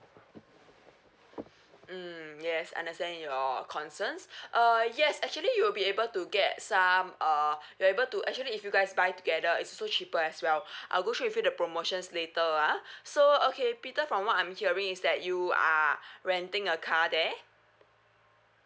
mm yes understand your concerns uh yes actually you will be able to get some err you're able to actually if you guys buy together is so cheaper as well I'll go through with you the promotions later ah so okay peter from what I'm hearing is that you are renting a car there